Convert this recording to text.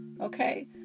Okay